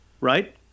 Right